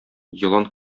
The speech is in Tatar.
елан